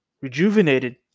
rejuvenated